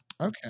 okay